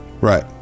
right